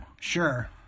sure